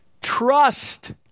trust